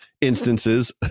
instances